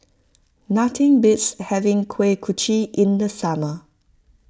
nothing beats having Kuih Kochi in the summer